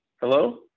Hello